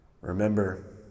Remember